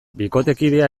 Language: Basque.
bikotekidea